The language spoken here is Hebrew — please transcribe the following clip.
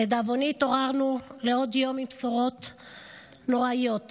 לדאבוני התעוררנו לעוד יום עם בשורות נוראיות.